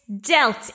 dealt